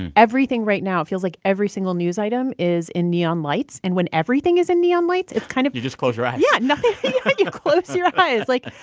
and everything right now feels like every single news item is in neon lights. and when everything is in neon lights, it's kind of. you just close your eyes yeah. nothing. you close your eyes. like,